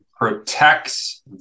protects